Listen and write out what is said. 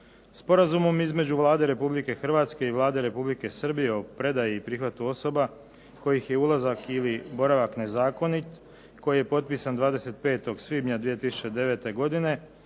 Sporazumom između Vlade Republike Hrvatske i Vlade Republike Srbije o predaji i prihvatu osoba kojih je ulazak ili boravak nezakonit koji je potpisan 25. svibnja 2009. godine